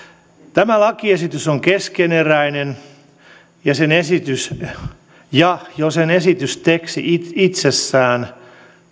tämä lakiesitys on keskeneräinen ja jo sen esitysteksti itsessään